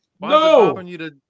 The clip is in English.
no